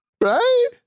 Right